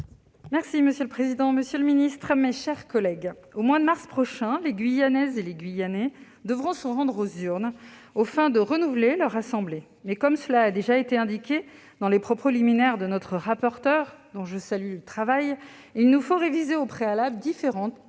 Monsieur le président, monsieur le ministre, mes chers collègues, au mois de mars prochain, les Guyanaises et les Guyanais devront se rendre aux urnes aux fins de renouveler leur assemblée. Mais, comme cela a déjà été indiqué dans les propos liminaires de notre rapporteure, dont je salue le travail, il nous faut réviser au préalable différentes dispositions